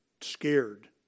scared